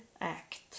act